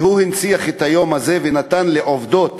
שהוא הנציח את היום הזה, ונתן לעובדות